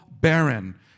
barren